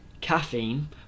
caffeine